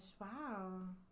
wow